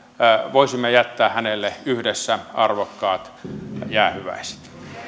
voisimme jättää presidentti koivistolle yhdessä arvokkaat jäähyväiset